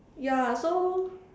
ya so